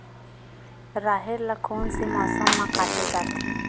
राहेर ल कोन से मौसम म काटे जाथे?